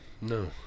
No